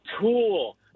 tool